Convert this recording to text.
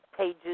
Pages